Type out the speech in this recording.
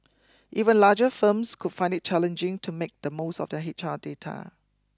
even larger firms could find it challenging to make the most of their H R data